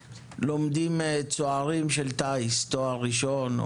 לומדים צוערים של קורס טיס תואר ראשון,